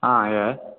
ಹಾಂ ಯಸ್